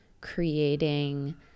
creating